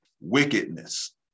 wickedness